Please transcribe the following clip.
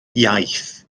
iaith